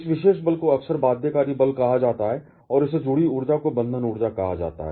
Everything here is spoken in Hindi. इस विशेष बल को अक्सर बाध्यकारी बल कहा जाता है और इससे जुड़ी ऊर्जा को बंधन ऊर्जा कहा जाता है